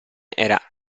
era